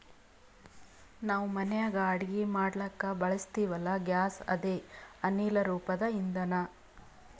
ನಾವ್ ಮನ್ಯಾಗ್ ಅಡಗಿ ಮಾಡ್ಲಕ್ಕ್ ಬಳಸ್ತೀವಲ್ಲ, ಗ್ಯಾಸ್ ಅದೇ ಅನಿಲ್ ರೂಪದ್ ಇಂಧನಾ